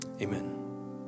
amen